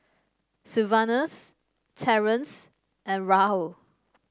Sylvanus Terrence and Raul